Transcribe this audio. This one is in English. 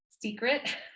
secret